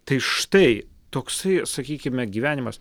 tai štai toksai sakykime gyvenimas